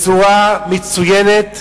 בצורה מצוינת,